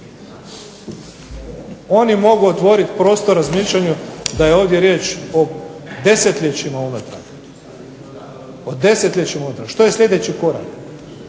oni mogu otvorit prostor razmišljanju da je ovdje riječ o desetljećima unatrag, o desetljećima unatrag. Što je sljedeći korak,